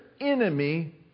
enemy